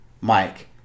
Mike